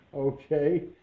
Okay